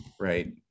right